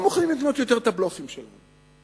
לא מוכנים יותר לקנות את הבלופים שלנו.